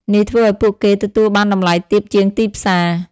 នេះធ្វើឲ្យពួកគេទទួលបានតម្លៃទាបជាងទីផ្សារ។